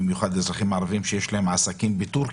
במיוחד אזרחים ערבים שיש להם עסקים בטורקיה.